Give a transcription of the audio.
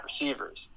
receivers